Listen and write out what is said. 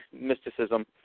mysticism